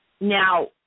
Now